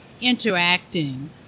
interacting